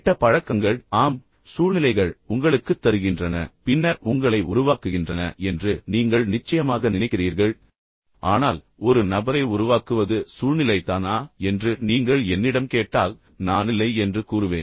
கெட்ட பழக்கங்கள் ஆம் சூழ்நிலைகள் உங்களுக்குத் தருகின்றன பின்னர் உங்களை உருவாக்குகின்றன என்று நீங்கள் நிச்சயமாக நினைக்கிறீர்கள் ஆனால் ஒரு நபரை உருவாக்குவது சூழ்நிலை தானா என்று நீங்கள் என்னிடம் கேட்டால் நான் இல்லை என்று கூறுவேன்